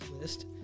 list